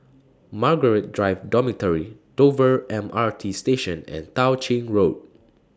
Margaret Drive Dormitory Dover M R T Station and Tao Ching Road